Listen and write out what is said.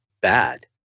bad